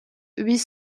huit